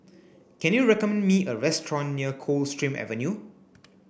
can you recommend me a restaurant near Coldstream Avenue